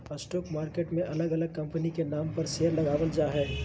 stock market मे अलग अलग कंपनी के नाम पर शेयर लगावल जा हय